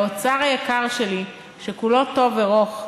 האוצר היקר שלי שכולו טוב ורוך,